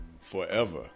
forever